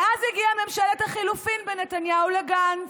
ואז הגיעה ממשלת החילופים בין נתניהו לגנץ.